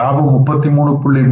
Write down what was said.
லாபம் 33